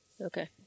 Okay